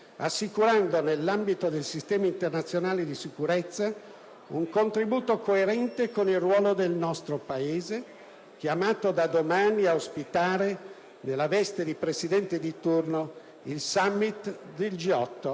assicurando, nell'ambito del sistema internazionale di sicurezza, un contributo coerente con il ruolo del nostro Paese, chiamato da domani ad ospitare, nella veste di presidente di turno, il *summit* del G8